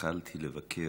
התחלתי לבקר,